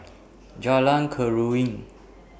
Jalan Keruing